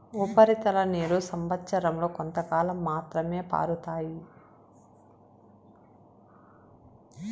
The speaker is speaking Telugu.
ఉపరితల నీరు సంవచ్చరం లో కొంతకాలం మాత్రమే పారుతాయి